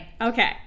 Okay